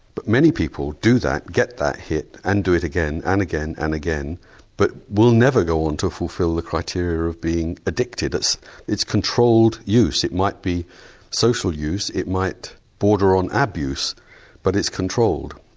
but many people do that, get that hit, and do it again, and again, and again but will never go on to fulfil the criteria of being addicted. it's it's controlled use, it might be social use, it might border on abuse but it's controlled.